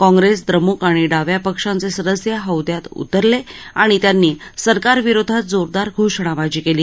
काँग्रेस द्रमुक आणि डाव्या पक्षांचे सदस्य हौद्यात उतरले आणि त्यांनी सरकारविरोधात जोरदार घोषणाबाजी केली